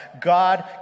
god